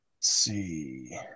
see